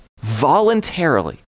voluntarily